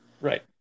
Right